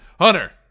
hunter